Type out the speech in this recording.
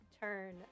turn